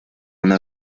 una